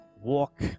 walk